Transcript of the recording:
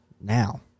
Now